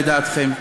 לדעתכם?